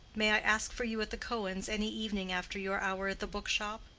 may i ask for you at the cohens' any evening after your hour at the book-shop?